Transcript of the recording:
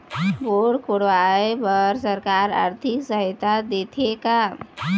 Bore खोदाई बर सरकार आरथिक सहायता देथे का?